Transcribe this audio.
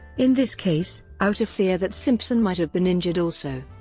in this case, out of fear that simpson might have been injured also.